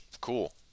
cool